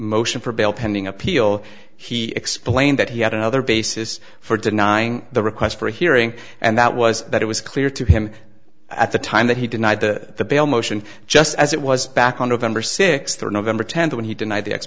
motion for bail pending appeal he explained that he had another basis for denying the request for a hearing and that was that it was clear to him at the time that he denied the bail motion just as it was back on november sixth or november tenth when he denied the ex